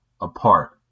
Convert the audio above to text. apart